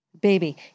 baby